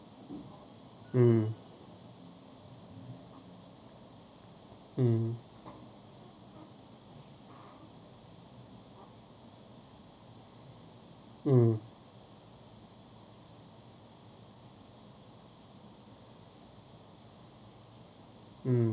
um uh uh